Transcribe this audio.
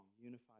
unified